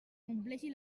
compleixi